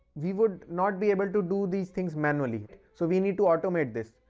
we would not be able to do these things manually, so we need to automate this.